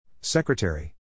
Secretary